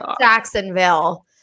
Jacksonville